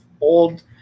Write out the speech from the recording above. old